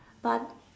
but